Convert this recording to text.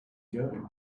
going